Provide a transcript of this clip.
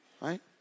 Right